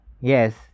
yes